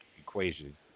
equation